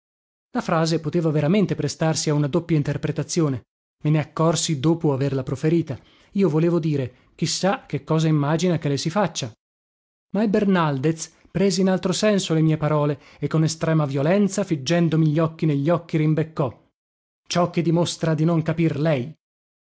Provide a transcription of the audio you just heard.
la frase poteva veramente prestarsi a una doppia interpretazione me ne accorsi dopo averla proferita io volevo dire chi sa che cosa immagina che le si faccia ma il bernaldez prese in altro senso le mie parole e con estrema violenza figgendomi gli occhi negli occhi rimbeccò ciò che dimostra di non capir lei